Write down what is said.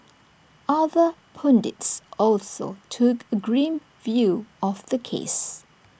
other pundits also took A grim view of the case